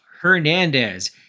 Hernandez